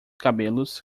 cabelos